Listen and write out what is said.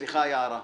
סליחה, יערה.